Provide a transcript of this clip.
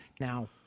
Now